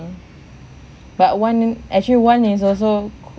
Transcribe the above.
but one actually one is also